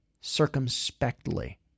circumspectly